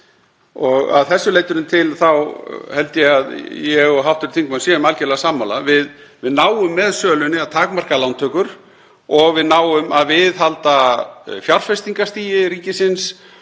Að þessu leytinu til þá held ég að við hv. þingmaður séum algerlega sammála. Við náum með sölunni að takmarka lántökur og við náum að viðhalda fjárfestingarstigi ríkisins.